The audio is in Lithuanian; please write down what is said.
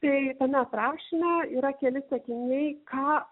tai tame aprašyme yra keli sakiniai ką